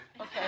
Okay